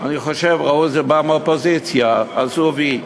אני חושב שראו שזה בא מהאופוזיציה, עשו "וי".